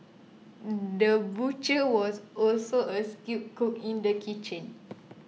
the butcher was also a skilled cook in the kitchen